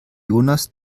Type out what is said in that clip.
jonas